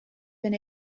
been